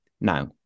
Now